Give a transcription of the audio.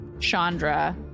Chandra